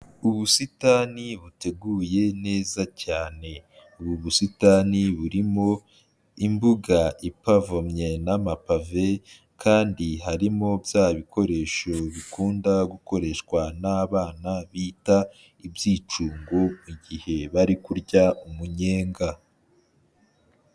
Ubusitani buteguye neza cyane, ubu busitani burimo imbuga ipavomye n'amapave; kandi harimo bya bikoresho bikunda gukoreshwa n'abana bita ibyicungo, igihe bari kurya umunyenga.